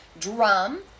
drum